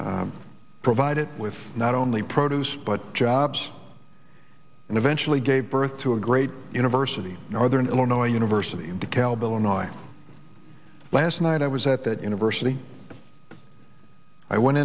that provide it with not only produce but jobs and eventually gave birth to a great university northern illinois university in dekalb illinois last night i was at that university i went